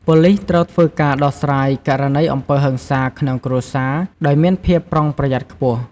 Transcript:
ប៉ូលិសត្រូវធ្វើការដោះស្រាយករណីអំពើហិង្សាក្នុងគ្រួសាដោយមានភាពប្រុងប្រយ័ត្តខ្ពស់។